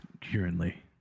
currently